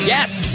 Yes